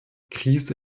krise